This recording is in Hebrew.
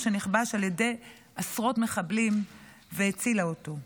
שנכבש על ידי עשרות מחבלים והצילה אותו.